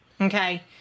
okay